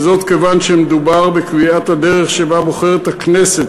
כיוון שמדובר בקביעת הדרך שבה בוחרת הכנסת,